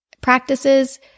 practices